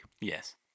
Yes